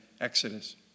exodus